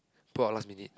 book out last minute